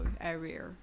area